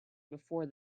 before